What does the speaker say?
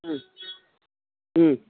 ह्म्